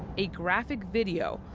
a graphic video,